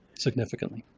significantly.